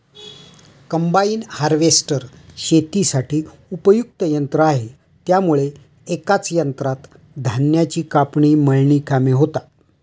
combine harvester शेतीसाठी उपयुक्त यंत्र आहे त्यामुळे एकाच यंत्रात धान्याची कापणी, मळणी कामे होतात